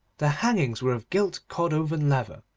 the hangings were of gilt cordovan leather,